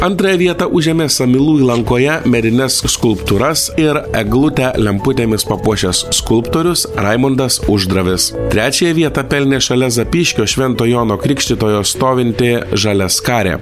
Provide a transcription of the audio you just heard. antrąją vietą užėmė samylų įlankoje medines skulptūras ir eglutę lemputėmis papuošęs skulptorius raimundas uždravis trečiąją vietą pelnė šalia zapyškio švento jono krikštytojo stovinti žaliaskarė